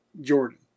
Jordan